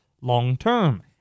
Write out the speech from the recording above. long-term